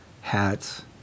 hats